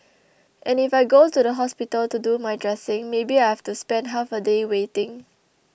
and if I go to the hospital to do my dressing maybe I have to spend half a day waiting